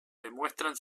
demuestran